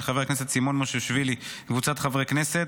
של חבר כנסת סימון מושיאשוילי וקבוצת חברי הכנסת,